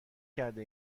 کرده